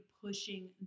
pushing